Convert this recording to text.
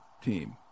team